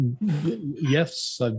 yes